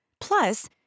Plus